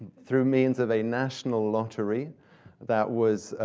through means of a national lottery that was,